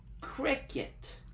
cricket